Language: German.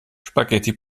spaghetti